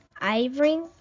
Ivory